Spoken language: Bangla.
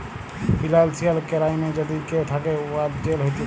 ফিলালসিয়াল কেরাইমে যদি কেউ থ্যাকে, উয়ার জেল হ্যতে পারে